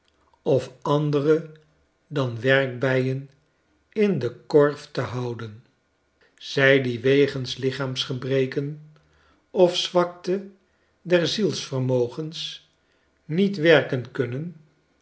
of andere dan werkbijen in den korf te houden zij die wegens lichaamsgebreken of zwakte der zielsvermogens niet werken kunnen